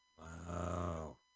Wow